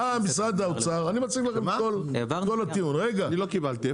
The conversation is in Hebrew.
אני לא קיבלתי.